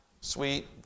sweet